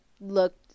looked